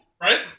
Right